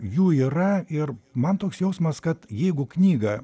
jų yra ir man toks jausmas kad jeigu knygą